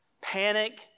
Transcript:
Panic